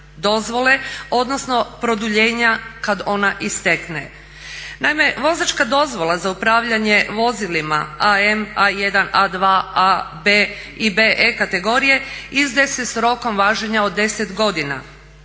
dozvole, odnosno produljenja kada ona istekne. Naime, vozačka dozvola za upravljanje vozilima AM, A1, A2, A, B, i BE kategorije izdaje se sa rokom važenja od 10 godina